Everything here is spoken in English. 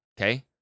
okay